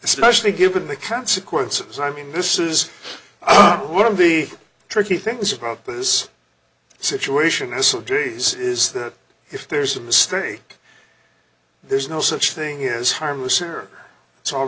especially given the consequences i mean this is one of the tricky things about this situation is so days is that if there's a mistake there's no such thing is harmless